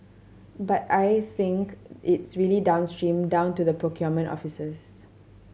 but I think it's really downstream down to the procurement offices